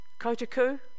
kotaku